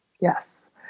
Yes